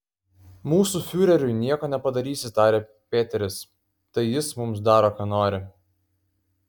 mūsų fiureriui nieko nepadarysi tarė peteris tai jis mums daro ką nori